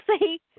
see